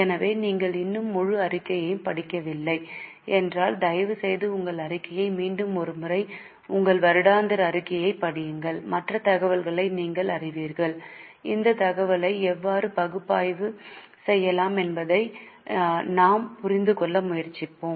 எனவே நீங்கள் இன்னும் முழு அறிக்கையையும் படிக்கவில்லை என்றால் தயவுசெய்து உங்கள் அறிக்கையை மீண்டும் ஒரு முறை உங்கள் வருடாந்திர அறிக்கையைப் படியுங்கள் மற்ற தகவல்களை நீங்கள் அறிவீர்கள் அந்த தகவலை எவ்வாறு பகுப்பாய்வு செய்யலாம் என்பதை நாம்புரிந்துகொள்ள முயற்சிப்போம்